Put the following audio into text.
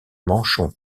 manchon